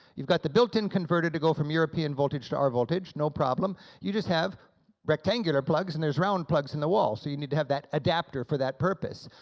you've got the built-in converter to go from european voltage to our voltage, no problem, you just have rectangular plugs and there's round plugs in the wall, so you need to have that adapter for that purpose.